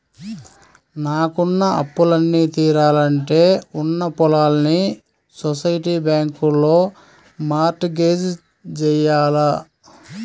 నాకున్న అప్పులన్నీ తీరాలంటే ఉన్న పొలాల్ని సొసైటీ బ్యాంకులో మార్ట్ గేజ్ జెయ్యాల